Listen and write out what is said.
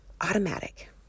automatic